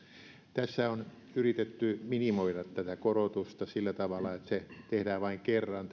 tässä on yritetty minimoida tätä korotusta sillä tavalla että se tehdään vain kerran